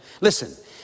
Listen